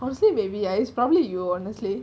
honestly maybe I it's probably you honestly